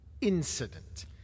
incident